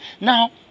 Now